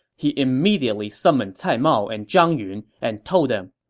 he immediately summoned cai mao and zhang yun and told them,